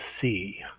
see